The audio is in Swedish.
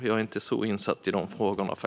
Jag är faktiskt inte så insatt i de frågorna.